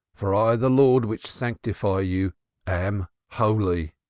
for i the lord which sanctify you am holy.